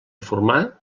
formar